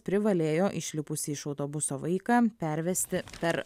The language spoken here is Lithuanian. privalėjo išlipusį iš autobuso vaiką pervesti per